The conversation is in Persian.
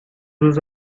روز